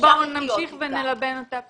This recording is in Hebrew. נמשיך ונלבן אותה.